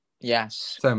yes